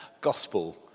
gospel